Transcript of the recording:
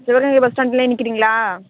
Sivaganga bus ஸ்டாண்ட்டிலே நிற்குறீங்களா